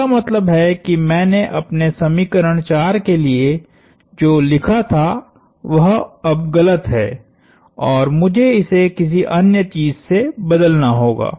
इसका मतलब है कि मैंने अपने समीकरण 4 के लिए जो लिखा था वह अब गलत है और मुझे इसे किसी अन्य चीज़ से बदलना होगा